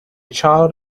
child